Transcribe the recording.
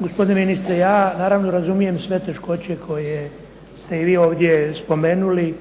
Gospodine ministre, ja naravno razumijem sve teškoće koje ste vi ovdje spomenuli.